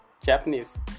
Japanese